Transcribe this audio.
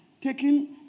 taking